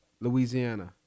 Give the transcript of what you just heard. Louisiana